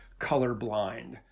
colorblind